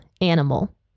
animal